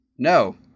No